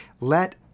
let